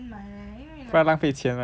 不然浪费钱 right